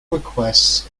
requests